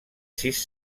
sis